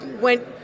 went